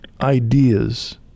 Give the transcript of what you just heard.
ideas